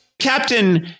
captain